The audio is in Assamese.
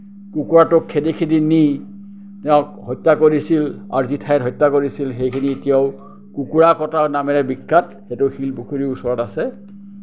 কুকুৰাটোক খেদি খেদি নি তেওঁক হত্যা কৰিছিল আৰু যি ঠাইত হত্যা কৰিছিল সেইখিনি এতিয়াও কুকুৰা কটা নামেৰে বিখ্যাত সেইটো শিলপুখুৰীৰ ওচৰত আছে